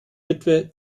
witwe